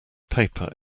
paper